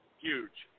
huge